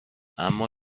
اما